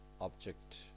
object